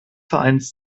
vereins